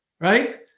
right